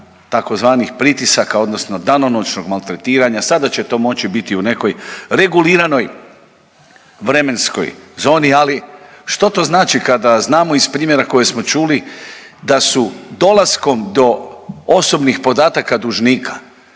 tzv. pritisaka, odnosno danonoćnog maltretiranja. Sada će to moći biti u nekoj reguliranoj vremenskoj zoni, ali što to znači kada znamo iz primjera koje smo čuli da smo dolaskom do osobnih podataka dužnika